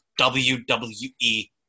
WWE